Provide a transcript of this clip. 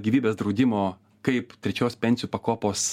gyvybės draudimo kaip trečios pensijų pakopos